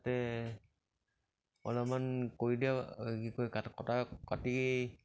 তাতে অলপমান কৰি দিয়া কি কয় কটা কাটিয়ে